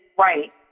right